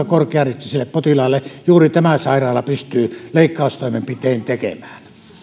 korkeariskiselle potilaalle juuri tämä sairaala pystyy leikkaustoimenpiteen tekemään